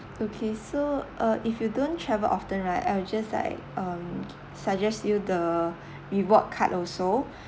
okay so uh if you don't travel often right I'll just like um suggest you the reward card also